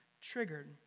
triggered